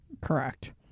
Correct